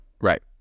Right